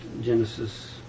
Genesis